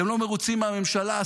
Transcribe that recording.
אתם לא מרוצים מהממשלה?